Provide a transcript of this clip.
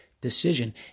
decision